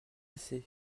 assez